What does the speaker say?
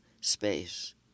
space